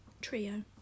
trio